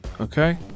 Okay